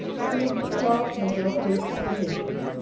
but he must bring a large measure of hope and patience,